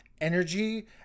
energy